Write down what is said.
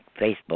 Facebook